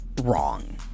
wrong